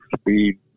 speed